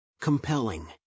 compelling